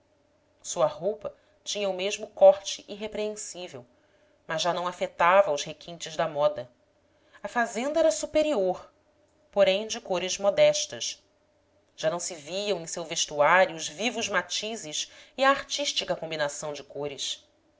sua roupa tinha o mesmo corte irrepreensível mas já não afetava os requintes da moda a fazenda era superior porém de cores modestas já não se viam em seu vestuário os vivos matizes e a artística combinação de cores